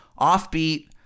offbeat